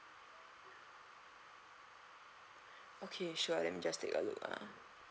okay sure let me just take a look ah